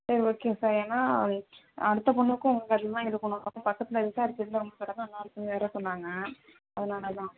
சரி okay fine ஏன்னா அடுத்த பொண்ணுக்கும் உங்கள் கடையில் தான் எடுக்கணும் பக்கத்தில் விசாரித்ததுல உங்கள் கடை தான் நல்லாயிருக்குனு வேறு சொன்னாங்க அதனால தான்